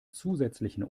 zusätzlichen